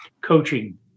coaching